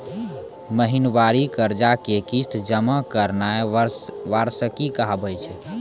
महिनबारी कर्जा के किस्त जमा करनाय वार्षिकी कहाबै छै